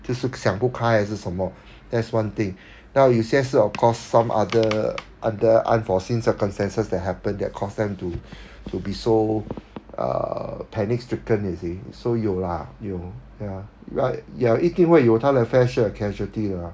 就是想不开还是什么 that's one thing 那有些是 of course some other other unforeseen circumstances that happen that cause them to to be so err panic stricken you see so 有 lah 有 ya right ya 一定会有它的 fair share of casualty lah